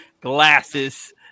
glasses